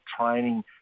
training